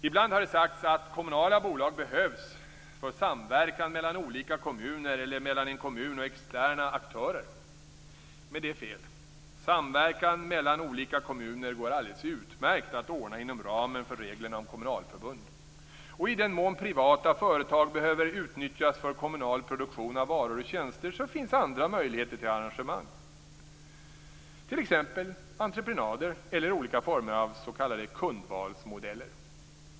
Ibland har det sagts att kommunala bolag behövs för samverkan mellan olika kommuner eller mellan en kommun och externa aktörer men det är fel. Samverkan mellan olika kommuner går alldeles utmärkt att ordna inom ramen för reglerna om kommunalförbund. I den mån privata företag behöver utnyttjas för kommunal produktion av varor och tjänster finns det andra möjligheter till arrangemang, t.ex. entreprenader eller olika former av s.k. kundvalsmodeller.